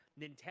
Nintendo